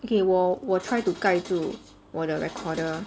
okay 我我 try to 盖住我的 recorder